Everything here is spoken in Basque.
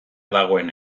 dagoen